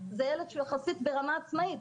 זה ילד יחסית ברמה עצמאית.